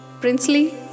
princely